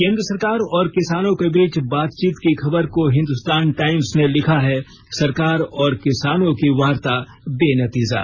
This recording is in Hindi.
केंद्र सरकार और किसानों के बीच बातचीत की खबर को हिंदुस्तान टाइम्स ने लिखा है सरकार और किसानों की वार्ता बेनतीजा